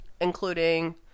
Including